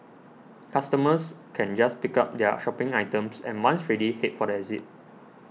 customers can just pick up their shopping items and once ready head for the exit